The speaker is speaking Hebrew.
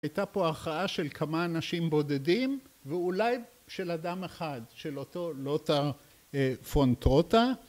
הייתה פה הכרעה של כמה אנשים בודדים ואולי של אדם אחד, של אותו לוטר פונטרוטה